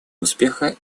успеха